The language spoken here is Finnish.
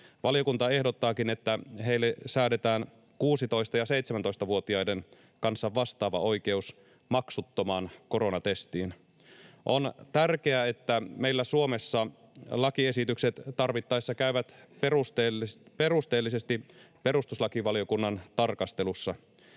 Valiokunta ehdottaakin, että heille säädetään 16‑ ja 17-vuotiaiden kanssa vastaava oikeus maksuttomaan koronatestiin. On tärkeää, että meillä Suomessa lakiesitykset tarvittaessa käyvät perusteellisesti perustuslakivaliokunnan tarkastelussa.